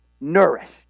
nourished